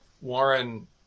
Warren